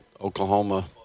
Oklahoma